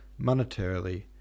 monetarily